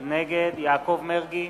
נגד יעקב מרגי,